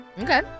Okay